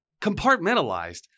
compartmentalized